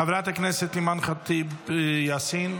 חברת הכנסת אימאן ח'טיב יאסין,